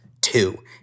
Two